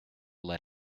let